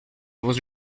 was